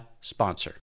sponsor